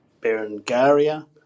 Berengaria